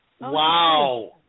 Wow